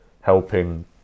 helping